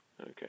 Okay